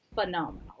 phenomenal